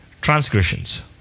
Transgressions